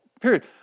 period